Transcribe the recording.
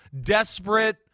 desperate